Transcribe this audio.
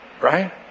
right